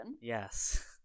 Yes